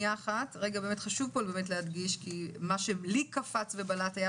מה שקפץ ובלט היה